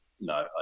no